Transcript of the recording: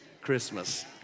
Christmas